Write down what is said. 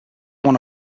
one